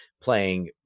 playing